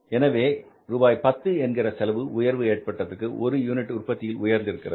எனவே ரூபாய் 10 என்கிற செலவு உயர்வு ஏற்பட்டதற்கு ஒரு யூனிட் உற்பத்தியில் உயர்ந்திருக்கிறது